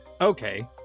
okay